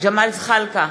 ג'מאל זחאלקה,